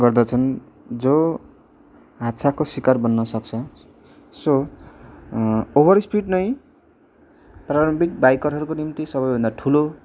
गर्दछन् जो हादसाको सिकार बन्न सक्छ सो ओभर स्पिड नै प्रारम्भिक बाइकरहरूको निम्ति सबैभन्दा ठुलो